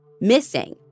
missing